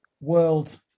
world